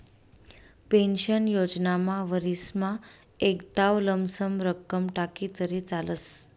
pension योजनामा वरीसमा एकदाव लमसम रक्कम टाकी तरी चालस